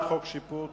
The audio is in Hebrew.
שיפוט